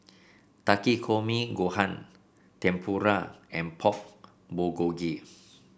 Takikomi Gohan Tempura and Pork Bulgogi